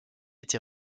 été